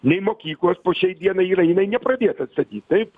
nei mokyklos po šiai dienai yra jinai nepradėta sakyt taip